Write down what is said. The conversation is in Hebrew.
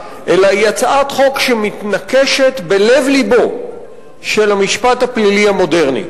אלא היא הצעת חוק שמתנקשת בלב לבו של המשפט הפלילי הקלאסי.